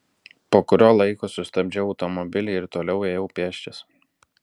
po kurio laiko sustabdžiau automobilį ir toliau ėjau pėsčias